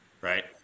right